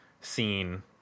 scene